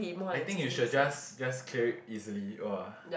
I think you should just just clear it easily !wah!